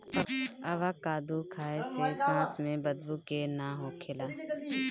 avocado खाए से सांस में बदबू के ना होखेला